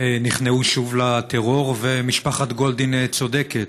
נכנעו שוב לטרור, ומשפחת גולדין צודקת.